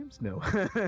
no